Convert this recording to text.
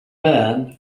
ben